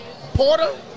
Porter